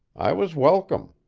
i was welcome.